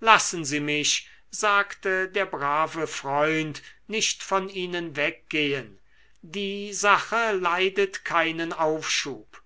lassen sie mich sagte der brave freund nicht von ihnen weggehen die sache leidet keinen aufschub